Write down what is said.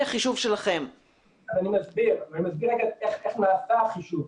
אני מסביר איך נעשה החישוב.